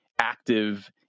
active